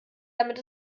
damit